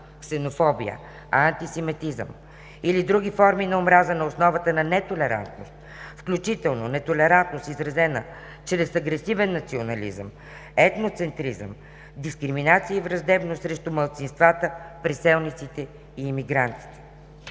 ксенофобия, антисемитизъм или други форми на омраза на основата на нетолерантност, включително нетолерантност, изразена чрез агресивен национализъм, етноцентризъм, дискриминация и враждебност срещу малцинствата, преселниците и имигрантите“.